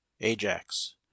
Ajax